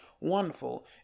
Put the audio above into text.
Wonderful